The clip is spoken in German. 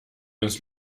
uns